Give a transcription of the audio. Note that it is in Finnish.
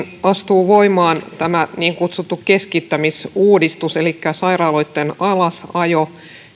astuu voimaan tämä niin kutsuttu keskittämisuudistus elikkä sairaaloitten alasajo